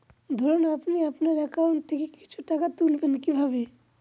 ধরুন আপনি আপনার একাউন্ট থেকে কিছু টাকা তুলবেন কিভাবে?